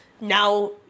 now